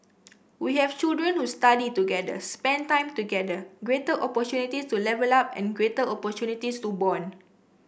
we have children who study together spent time together greater opportunities to level up and greater opportunities to bond